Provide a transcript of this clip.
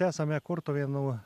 esame kurtuvėnų